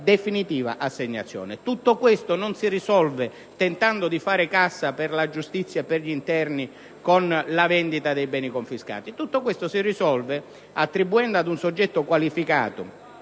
definitiva assegnazione. Tutto questo non si risolve tentando di fare cassa per la giustizia e per gli interni con la vendita dei beni confiscati, ma attribuendo ad un soggetto qualificato